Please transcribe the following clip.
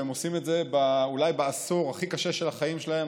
והם עושים את זה אולי בעשור הכי קשה של החיים שלהם,